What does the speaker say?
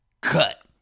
cut